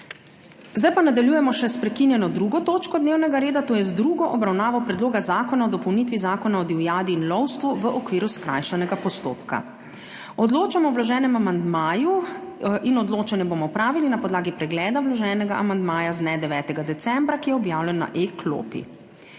reda. Nadaljujemo še s prekinjeno 2. točko dnevnega reda, to je z drugo obravnavo Predloga zakona o dopolnitvi Zakona o divjadi in lovstvu, v okviru skrajšanega postopka. Odločamo o vloženem amandmaju in odločanje bomo opravili na podlagi pregleda vloženega amandmaja z dne 9. decembra, ki je objavljen na E-klopi.